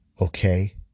Okay